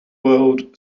world